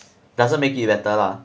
doesn't make it better lah